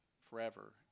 forever